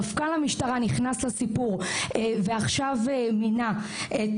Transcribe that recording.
מפכ"ל המשטרה נכנס לסיפור ועכשיו מינה את